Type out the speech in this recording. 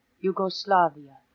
Yugoslavia